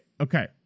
okay